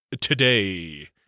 today